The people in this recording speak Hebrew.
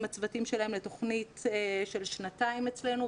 הצוותים שלהם לתכנית של שנתיים אצלנו,